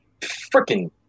freaking